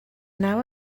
naw